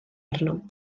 arnom